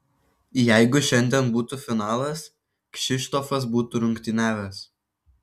jeigu šiandien būtų finalas kšištofas būtų rungtyniavęs